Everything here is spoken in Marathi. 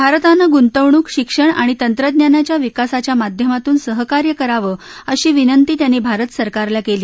भारतानं गुंतवणूक शिक्षण आणि तंत्रज्ञानाच्या विकासाच्या माध्यमातून सहकार्य करावं अशी विंनती त्यांनी भारतसरकारला केली